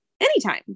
anytime